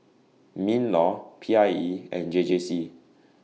MINLAW P I E and J J C